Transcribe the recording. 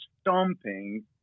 stomping